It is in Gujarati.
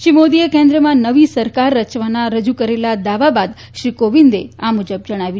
શ્રી મોદીએ કેન્દ્રમાં નવી સરકાર રચવાના રજૂ કરેલા દાવા બાદ શ્રી કોવિંદે આ મુજબ જણાવ્યું